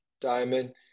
diamond